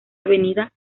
avenida